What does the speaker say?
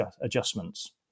adjustments